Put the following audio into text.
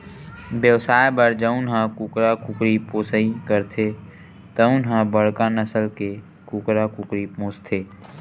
बेवसाय बर जउन ह कुकरा कुकरी पोसइ करथे तउन ह बड़का नसल के कुकरा कुकरी पोसथे